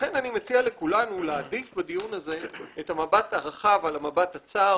לכן אני מציע לכולנו להעדיף בדיון הזה את המבט הרחב על המבט הצר.